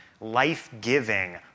life-giving